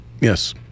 Yes